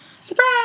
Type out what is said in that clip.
Surprise